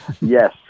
Yes